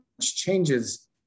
changes